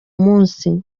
munsi